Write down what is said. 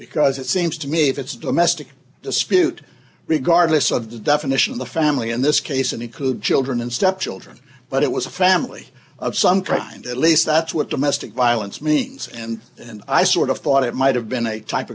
because it seems to me if it's domestic dispute regardless of the definition of the family in this case and he could children and stepchildren but it was a family of some kind at least that's what domestic violence means and and i sort of thought it might have been a typ